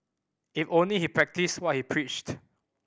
if only he practised what he preached